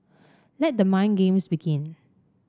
let the mind games begin